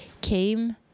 came